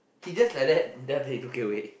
he just like that then after he took it away